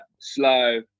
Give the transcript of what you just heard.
slow